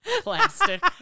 plastic